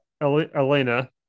Elena